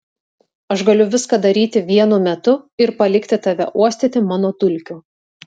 aš galiu viską daryti vienu metu ir palikti tave uostyti mano dulkių